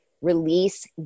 release